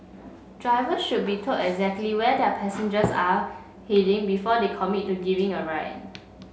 drivers should be told exactly where their passengers are heading before they commit to giving a ride